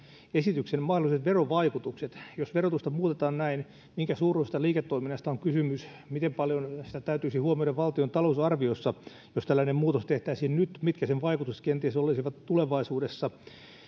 esityksen mahdolliset verovaikutukset jos verotusta muutetaan näin minkä suuruisesta liiketoiminnasta on kysymys miten paljon sitä täytyisi huomioida valtion talousarviossa jos tällainen muutos tehtäisiin nyt mitkä sen vaikutukset kenties olisivat tulevaisuudessa